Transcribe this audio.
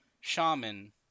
shaman